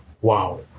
wow